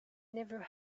never